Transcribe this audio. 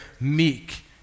meek